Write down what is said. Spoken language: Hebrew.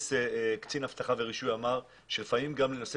קצין אבטחה ורישוי אמר שלפעמים גם נושא